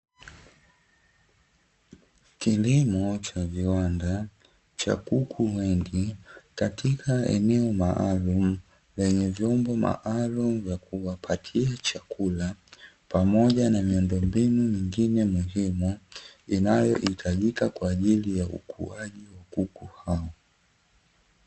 Kilimo cha viwanda cha kuku wengi katika eneo maalum, lenye vyombo maalum vya kupakia chakula pamoja na miundombinu mingine muhimu inayohitajika kwaajili ya ukuaji wa kuku hao.